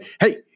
hey